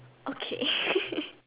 okay